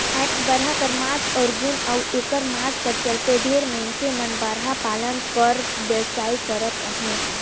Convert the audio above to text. आएज बरहा कर मांस कर गुन अउ एकर मांग कर चलते ढेरे मइनसे मन बरहा पालन कर बेवसाय करत अहें